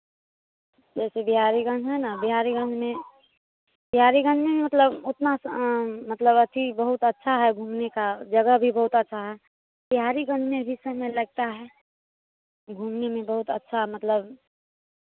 जैसे बिहारीगंज है ना बिहारीगंज में बिहारीगंज में भी मतलब उतना मतलब अथी बहुत अच्छा है घूमने का जगह भी बहुत अच्छा है बिहारीगंज में भी समय लगता है घूमने में बहुत अच्छा मतलब